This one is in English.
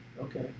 Okay